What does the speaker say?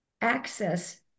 access